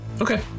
okay